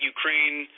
Ukraine